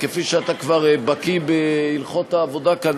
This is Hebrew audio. ואתה כבר בקי בהלכות העבודה כאן,